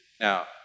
now